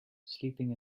sleeping